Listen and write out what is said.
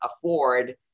afford